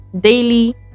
daily